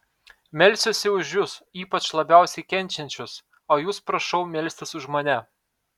melsiuosi už jus ypač labiausiai kenčiančius o jūs prašau melstis už mane